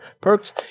perks